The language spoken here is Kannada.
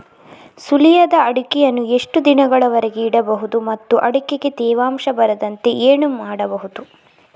ಸುಲಿಯದ ಅಡಿಕೆಯನ್ನು ಎಷ್ಟು ದಿನಗಳವರೆಗೆ ಇಡಬಹುದು ಮತ್ತು ಅಡಿಕೆಗೆ ತೇವಾಂಶ ಬರದಂತೆ ಏನು ಮಾಡಬಹುದು?